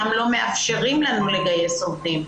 גם לא מאפשרים לנו לגייס עובדים.